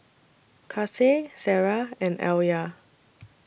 Kasih Sarah and Alya